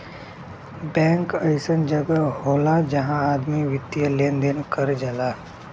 bank अइसन जगह होला जहां आदमी वित्तीय लेन देन कर जाला